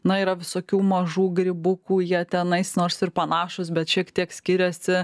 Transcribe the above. na yra visokių mažų grybukų jie tenai nors ir panašūs bet šiek tiek skiriasi